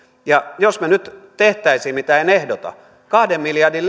jos me nyt tekisimme mitä en ehdota kahden miljardin